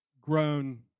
grown